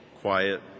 quiet